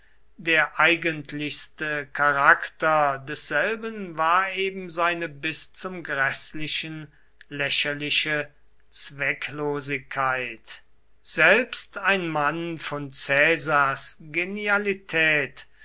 der eigentlichste charakter desselben war eben seine bis zum gräßlichen lächerliche zwecklosigkeit selbst ein mann von caesars genialität